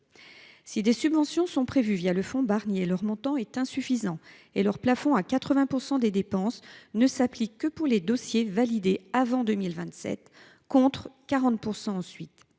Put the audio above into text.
Si des subventions sont prévues le fonds Barnier, leur montant est insuffisant. Le plafond de 80 % des dépenses ne s’applique qu’aux dossiers validés avant 2027, contre un